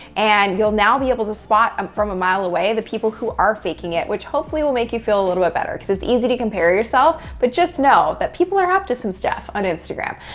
and you'll now be able to spot um from a mile away the people who are faking it, which hopefully will make you feel a little bit better, because it's easy to compare yourself. but just know that people are up to some stuff on instagram.